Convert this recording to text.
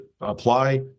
apply